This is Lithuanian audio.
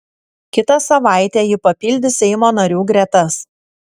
kitą savaitę ji papildys seimo narių gretas